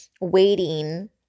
waiting